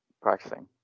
practicing